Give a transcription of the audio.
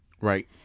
Right